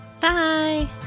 Bye